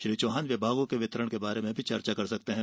श्री चौहान विभागों के वितरण के बारे में भी चर्चा कर सकते है